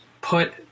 put